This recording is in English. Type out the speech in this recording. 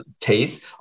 taste